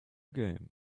game